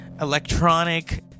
electronic